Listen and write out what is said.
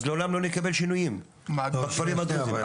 לעולם לא נקבל שינויים בכפרים הדרוזים.